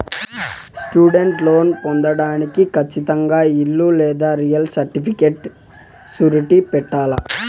student loan పొందేదానికి కచ్చితంగా ఇల్లు లేదా రియల్ సర్టిఫికేట్ సూరిటీ పెట్టాల్ల